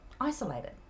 isolated